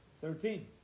Thirteen